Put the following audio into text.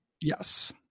Yes